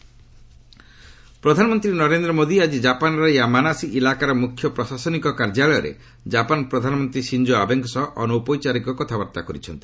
PM Japan ପ୍ରଧାନମନ୍ତ୍ରୀ ନରେନ୍ଦ୍ର ମୋଦି ଆଜି ଜାପାନ୍ର ୟାମାନାସି ଇଲାକାର ମୁଖ୍ୟ ପ୍ରଶାସନିକ କାର୍ଯ୍ୟାଳୟରେ ଜାପାନ୍ ପ୍ରଧାନମନ୍ତ୍ରୀ ସିଞ୍ଜୋ ଆବେଙ୍କ ସହ ଅନୌପଚାରିକ କଥାବାର୍ତ୍ତା କରିଛନ୍ତି